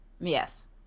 Yes